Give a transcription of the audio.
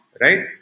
right